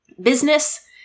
Business